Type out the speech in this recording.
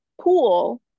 pool